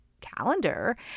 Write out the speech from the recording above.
calendar